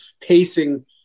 pacing